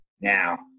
Now